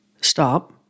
Stop